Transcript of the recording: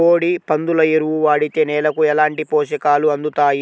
కోడి, పందుల ఎరువు వాడితే నేలకు ఎలాంటి పోషకాలు అందుతాయి